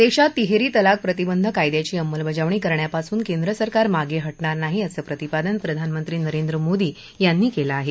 देशात तिहेरी तलाक प्रतिबंध कायद्याची अंमलबजावणी करण्यापासून केंद्रसरकार मागे हटणार नाही असं प्रतिपादन प्रधानमंत्री नरेंद्र मोदी यांनी केलं आहे